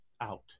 Out